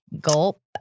gulp